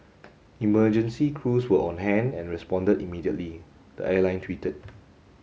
emergency crews were on hand and responded immediately the airline tweeted